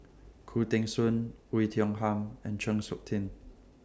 Khoo Teng Soon Oei Tiong Ham and Chng Seok Tin